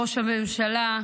ראש הממשלה,